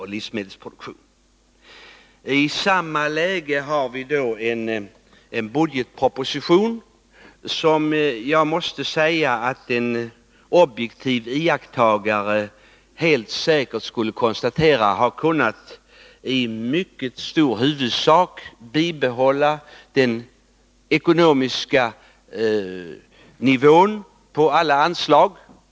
I samma ekonomiskt svåra läge har regeringen arbetat fram sin budgetproposition. En objektiv iakttagare skulle helt säkert kunna konstatera att regeringen i mycket stor utsträckning har kunnat bibehålla nivån på alla anslag.